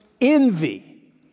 envy